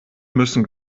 müssen